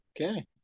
Okay